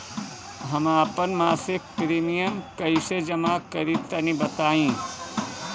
हम आपन मसिक प्रिमियम कइसे जमा करि तनि बताईं?